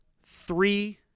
three